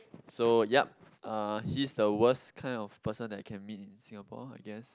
so yup uh he's the worst kind of person that I can meet in Singapore I guess